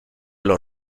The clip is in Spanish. los